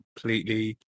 completely